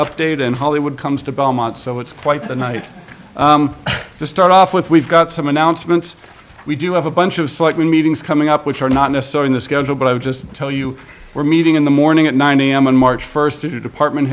update and hollywood comes to belmont so it's quite a night to start off with we've got some announcements we do have a bunch of slightly meetings coming up which are not necessary in the schedule but i would just tell you we're meeting in the morning at nine am on march first two department